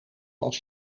als